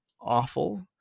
Awful